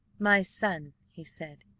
my son he said,